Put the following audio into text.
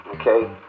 okay